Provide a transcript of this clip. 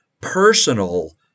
personal